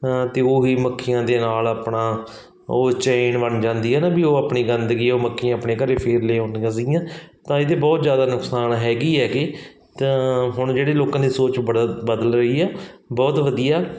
ਅਤੇ ਉਹ ਵੀ ਮੱਖੀਆਂ ਦੇ ਨਾਲ ਆਪਣਾ ਉਹ ਚੇਂਜ ਬਣ ਜਾਂਦੀ ਹੈ ਨਾ ਵੀ ਉਹ ਆਪਣੀ ਗੰਦਗੀ ਉਹ ਮੱਖੀਆਂ ਆਪਣੇ ਘਰੇ ਫਿਰ ਲਿਆਉਂਦੀਆਂ ਸੀਗੀਆਂ ਤਾਂ ਇਹਦੇ ਬਹੁਤ ਜ਼ਿਆਦਾ ਨੁਕਸਾਨ ਹੈਗੇ ਹੀ ਹੈਗੇ ਤਾਂ ਹੁਣ ਜਿਹੜੇ ਲੋਕਾਂ ਦੀ ਸੋਚ ਬੜਾ ਬਦਲ ਰਹੀ ਹੈ ਬਹੁਤ ਵਧੀਆ